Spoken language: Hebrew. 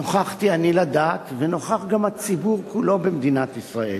נוכחתי אני לדעת ונוכח גם הציבור כולו במדינת ישראל,